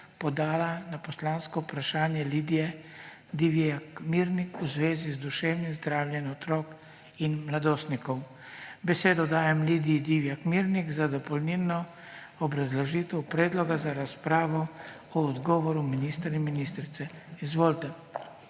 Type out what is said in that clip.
podala na poslansko vprašanje Lidije Divjak Mirnik v zvezi z duševnim zdravjem otrok in mladostnikov. Besedo dajem Lidiji Divjak Mirnik za dopolnilno obrazložitev predloga za razpravo o odgovoru ministra in ministrice. Izvolite.